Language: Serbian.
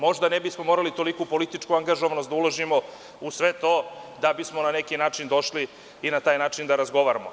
Možda ne bismo morali toliku političku angažovanost da uložimo u sve to da bismo na neki način došli i na taj način da razgovaramo.